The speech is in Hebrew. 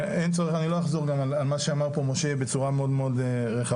אני לא אחזור גם על מה שאמר פה משה בצורה מאוד מאוד רחבה,